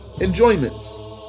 enjoyments